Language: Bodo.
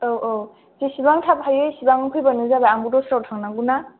औ औ जेसेबां थाब हायो एसेबां फैबानो जाबाय आंबो दस्रायाव थांनांगौ ना